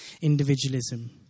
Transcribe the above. individualism